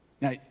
Now